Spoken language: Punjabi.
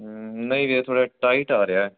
ਨਹੀਂ ਵੀਰੇ ਥੋੜ੍ਹੇ ਟਾਇਟ ਆ ਰਿਹਾ